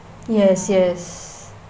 yes yes